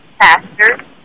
pastor